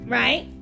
right